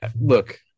look